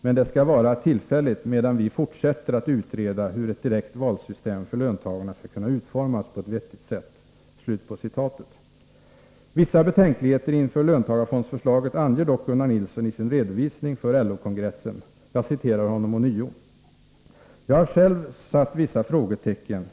Men det skall vara tillfälligt, medan vi fortsätter att utreda hur ett direkt valsystem för löntagarna skall kunna utformas på ett vettigt sätt.” Vissa betänkligheter inför löntagarfondsförslaget anger dock Gunnar Nilsson i sin redovisning för LO-kongressen: ”Jag har själv satt vissa frågetecken.